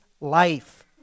life